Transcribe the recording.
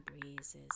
breezes